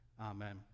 Amen